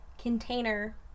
container